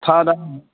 ꯊꯥꯗ